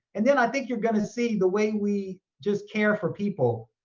and then i think you're gonna see the way we just care for people,